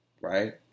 right